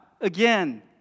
again